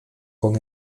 con